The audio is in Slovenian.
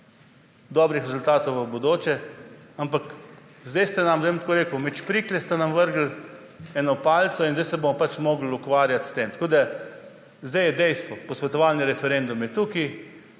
dobrih rezultatov v bodoče, ampak zdaj ste nam, bom tako rekel, med šprikle vrgli eno palico in zdaj se bomo pač morali ukvarjati s tem. Zdaj je dejstvo, posvetovalni referendum je tukaj,